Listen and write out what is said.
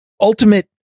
ultimate